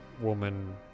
woman